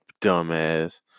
dumbass